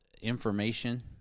information